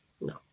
no